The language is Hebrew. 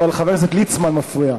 אבל חבר הכנסת ליצמן מפריע.